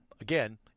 again